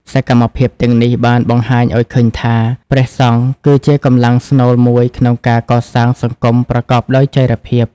សកម្មភាពទាំងនេះបានបង្ហាញឱ្យឃើញថា ព្រះសង្ឃគឺជាកម្លាំងស្នូលមួយក្នុងការកសាងសង្គមប្រកបដោយចីរភាព។